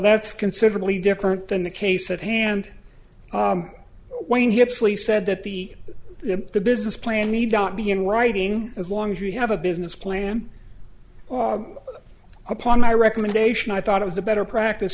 that's considerably different than the case at hand when he actually said that the the business plan need not be in writing as long as you have a business plan upon my recommendation i thought it was a better practice